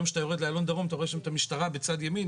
היום כשאתה יורד לאיילון דרום אתה רואה שם את המשטרה בצד ימין,